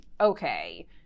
okay